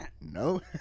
No